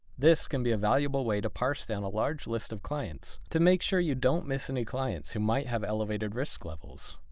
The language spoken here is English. this can be a valuable way to parse down a large list of clients to make sure you don't miss any clients who might have elevated risk levels.